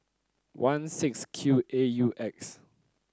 one six Q A U X